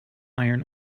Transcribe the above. iron